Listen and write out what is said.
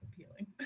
appealing